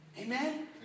Amen